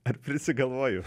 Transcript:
ar prisigalvoju